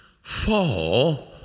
fall